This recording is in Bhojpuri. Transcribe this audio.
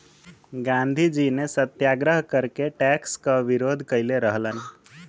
गांधीजी ने सत्याग्रह करके टैक्स क विरोध कइले रहलन